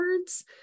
words